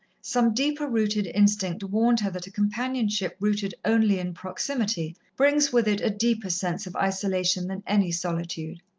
some deeper-rooted instinct warned her that a companionship rooted only in proximity brings with it a deeper sense of isolation than any solitude.